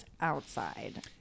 outside